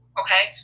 okay